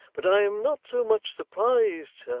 but i am not so much surprised,